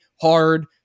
hard